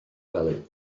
wely